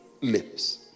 lips